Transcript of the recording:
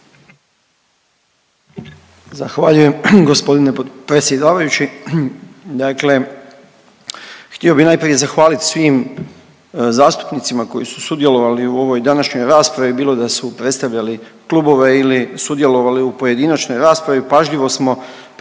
Zahvaljujem g. predsjedavajući. Dakle, htio bih najprije zahvaltiti svim zastupnicima koji su sudjelovali u ovoj današnjoj raspravi bilo da su predstavljali klubove ili sudjelovali u pojedinačnoj raspravi. Pažljivo smo pratili